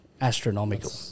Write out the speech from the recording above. astronomical